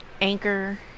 Anchor